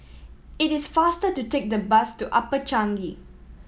it is faster to take the bus to Upper Changi